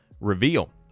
reveal